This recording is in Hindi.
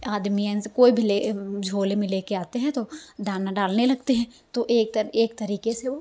आदमियाँ जैसे कोई भी ले झोले में लेके आते हैं तो दाना डालने लगते हैं तो एक तर एक तरीके से वो